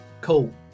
Cool